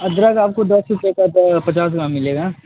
अदरक आपको दस रुपए का पचास ग्राम मिलेगा